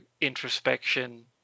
introspection